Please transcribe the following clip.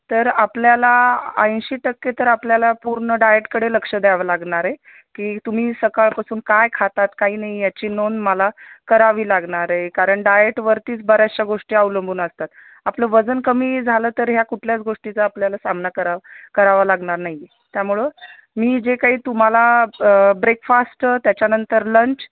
तर आपल्याला ऐंशी टक्के तर आपल्याला पूर्ण डाएटकडे लक्ष द्यावं लागणार आहे की तुम्ही सकाळपासून काय खातात काही नाही याची नोंद मला करावी लागणार आहे कारण डाएटवरतीच बऱ्याचशा गोष्टी अवलंबून असतात आपलं वजन कमी झालं तर ह्या कुठल्याच गोष्टीचा आपल्याला सामना कराव करावा लागणार नाही त्यामुळं मी जे काही तुम्हाला ब्रेकफास्ट त्याच्यानंतर लंच